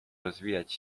rozwijać